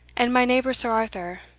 and my neighbour sir arthur,